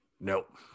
nope